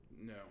No